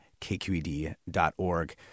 kqed.org